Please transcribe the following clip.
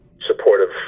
supportive